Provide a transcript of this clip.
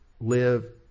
live